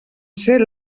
ser